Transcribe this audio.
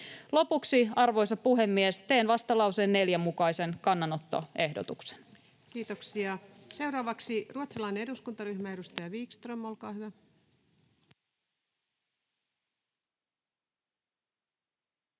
Lopuksi, arvoisa puhemies, teen vastalauseen 4 mukaisen kannanottoehdotuksen. Kiitoksia. — Seuraavaksi ruotsalainen eduskuntaryhmä, edustaja Wickström, olkaa hyvä.